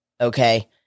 okay